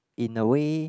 in a way